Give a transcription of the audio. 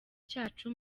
cyacu